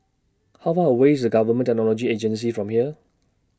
How Far away IS Government Technology Agency from here